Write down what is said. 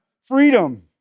freedom